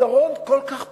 הפתרון כל כך פשוט,